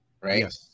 right